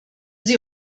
sie